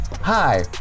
Hi